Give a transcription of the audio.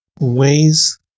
ways